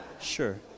Sure